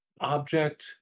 object